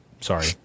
sorry